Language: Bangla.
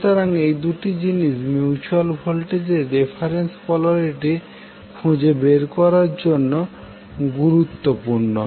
সুতরাং এই দুটি জিনিস মিউচুয়াল ভোল্টেজের রেফারেন্স পোলারিটি খুঁজে বের করার জন্য গুরুত্বপূর্ণ